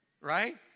right